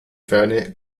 ferne